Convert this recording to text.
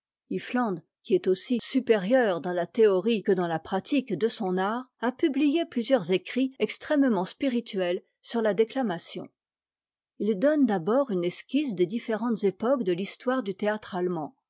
iffland qui est aussi supérieur dans la théorie que dans la pratique de son art a publié plusieurs écrits extrêmement spirituels sur la dée amation il donne d'abord une esquisse des différentes époques de l'histoire du théâtre allemand